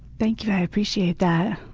thank you, i appreciate that.